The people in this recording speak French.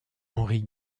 henri